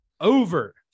over